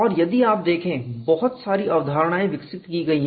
और यदि आप देखें बहुत सारी अवधारणाएं विकसित की गई हैं